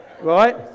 Right